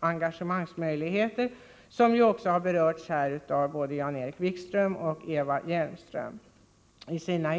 engagemangsmöjligheter, som ju också har berörts här av både Jan-Erik Wikström och Eva Hjelmström.